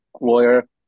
lawyer